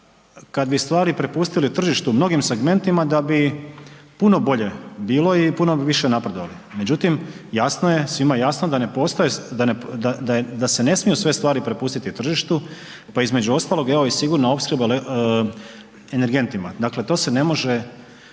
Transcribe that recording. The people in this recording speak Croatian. kad bi stvari prepustili tržištu u mnogim segmentima da bi puno bolje bilo i puno bi više napredovali. Međutim, jasno je, svima je jasno da ne postoje, da se ne smiju sve stvari prepustiti tržištu, pa između ostalog evo i sigurna opskrba energentima, dakle to se ne može